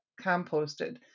composted